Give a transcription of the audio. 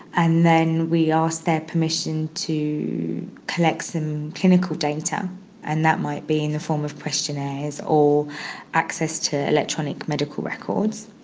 and then we ask their permission to collect some clinical data and that might be in the form of questionnaires or access to electronic medical records.